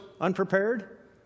unprepared